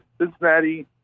Cincinnati